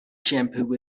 shampoo